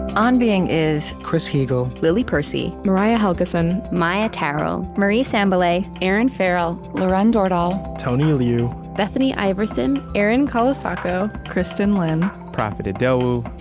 on being is chris heagle, lily percy, mariah helgeson, maia tarrell, marie sambilay, erinn farrell, lauren dordal, tony liu, bethany iverson, erin colasacco, kristin lin, profit idowu,